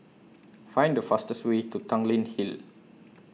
Find The fastest Way to Tanglin Hill